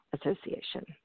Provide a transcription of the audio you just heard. Association